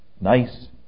Nice